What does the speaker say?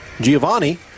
Giovanni